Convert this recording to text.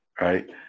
right